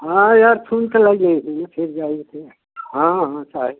हाँ यार हाँ हाँ चाही